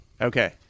okay